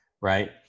right